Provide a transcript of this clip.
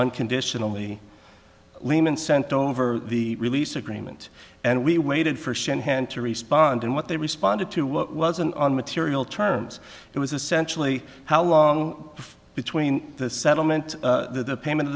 unconditionally lehman sent over the release agreement and we waited for shanahan to respond and what they responded to what wasn't on material terms it was essentially how long between the settlement or the payment